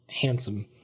handsome